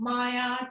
Maya